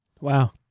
wow